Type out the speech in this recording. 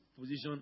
position